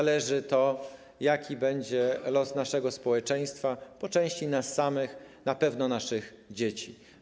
zależy to, jaki będzie los naszego społeczeństwa, po części nas samych, na pewno naszych dzieci.